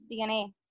DNA